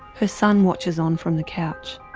her son watches on from the couch.